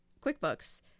QuickBooks